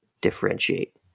differentiate